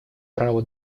право